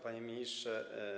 Panie Ministrze!